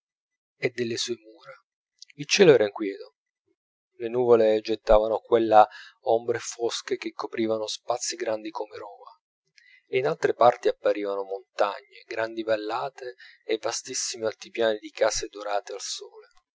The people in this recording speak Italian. e delle sue mura il cielo era inquieto le nuvole gettavano qua e là ombre fosche che coprivano spazi grandi come roma e in altre parti apparivano montagne grandi vallate e vastissimi altipiani di case dorate dal sole